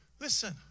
listen